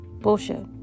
bullshit